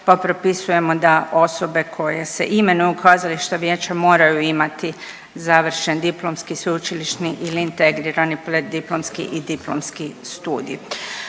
pa propisujemo da osobe koje se imenuju u kazališna vijeća moraju imati završen diplomski sveučilišni ili integrirani preddiplomski i diplomski studij.